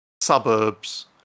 suburbs